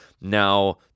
Now